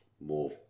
more